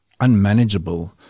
unmanageable